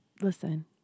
listen